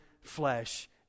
flesh